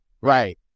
Right